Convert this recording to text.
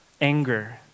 Anger